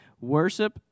worship